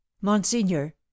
monseigneur